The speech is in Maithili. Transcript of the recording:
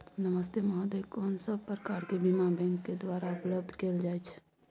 नमस्ते महोदय, कोन सब प्रकार के बीमा बैंक के द्वारा उपलब्ध कैल जाए छै?